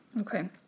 Okay